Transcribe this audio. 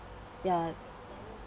ya